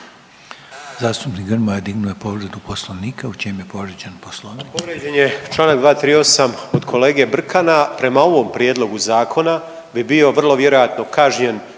Zastupnik Grmoja dignuo je povredu Poslovnika. U čemu je povrijeđen Poslovnik?